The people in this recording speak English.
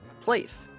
place